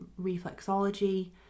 reflexology